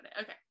Okay